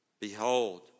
Behold